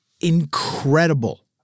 incredible